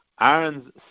Aaron's